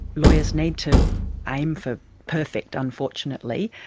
lawyers need to aim for perfect, unfortunately,